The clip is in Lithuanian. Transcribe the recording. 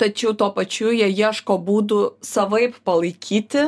tačiau tuo pačiu jie ieško būdų savaip palaikyti